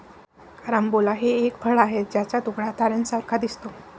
carambola हे एक फळ आहे ज्याचा तुकडा ताऱ्यांसारखा दिसतो